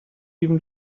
even